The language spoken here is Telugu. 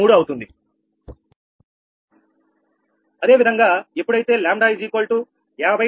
అదేవిధంగా ఎప్పుడైతే 𝜆 50 70 73